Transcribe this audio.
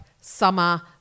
summer